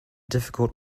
difficult